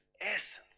essence